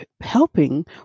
Helping